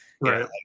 right